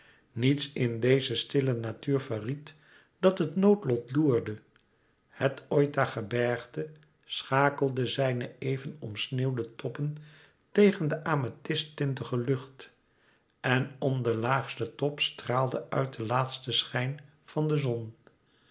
niets in deze stille natuur verried dat het noodlot loerde het oita gebergte schakelde zijne even omsneeuwde toppen tegen de amethyst tintige lucht en om den laagsten top straalde uit de laatste schijn van de zon